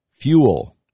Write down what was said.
Fuel